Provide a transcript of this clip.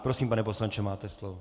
Prosím, pane poslanče, máte slovo.